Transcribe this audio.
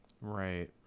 right